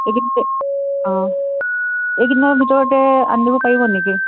এইখিনিতে অ এইকেইদিনৰ ভিতৰতে আনি দিব পাৰিব নেকি